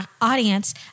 audience